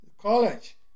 college